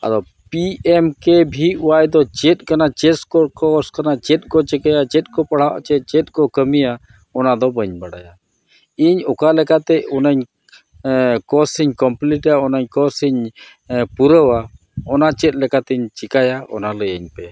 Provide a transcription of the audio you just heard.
ᱟᱫᱚ P M ᱠᱮ ᱵᱷᱤ ᱚᱣᱟᱭ ᱫᱚ ᱪᱮᱫ ᱠᱟᱱᱟ ᱪᱮᱫ ᱠᱳᱨᱥ ᱠᱟᱱᱟ ᱪᱮᱫ ᱠᱚ ᱪᱤᱠᱟᱹᱭᱟ ᱪᱮᱫ ᱠᱚ ᱯᱟᱲᱦᱟᱜ ᱟᱪᱮ ᱪᱮᱫ ᱠᱚ ᱠᱟᱹᱢᱤᱭᱟ ᱚᱱᱟᱫᱚ ᱵᱟᱹᱧ ᱵᱟᱲᱟᱭᱟ ᱤᱧ ᱚᱠᱟ ᱞᱮᱠᱟᱛᱮ ᱚᱱᱟᱧ ᱠᱳᱨᱥ ᱤᱧ ᱠᱚᱢᱯᱤᱞᱤᱴᱟ ᱚᱱᱟᱧ ᱠᱳᱨᱥ ᱤᱧ ᱯᱩᱨᱟᱹᱣᱟ ᱚᱱᱟ ᱪᱮᱫ ᱞᱮᱠᱟᱛᱤᱧ ᱪᱤᱠᱟᱭᱟ ᱚᱱᱟ ᱞᱟᱹᱭᱟᱹᱧ ᱯᱮ